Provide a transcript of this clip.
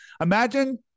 Imagine